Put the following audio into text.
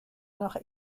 nach